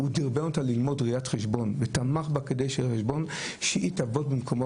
הוא דרבן אותה ללמוד ראיית חשבון ותמך בה כדי שהיא תעבוד במקומו